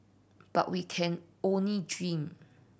but we can only dream